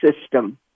system